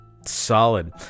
Solid